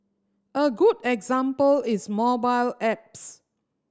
a good example is mobile apps